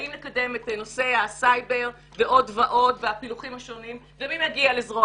האם לקדם את נושא הסייבר והפילוחים השונים ומי מגיע לזרוע